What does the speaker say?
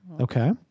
Okay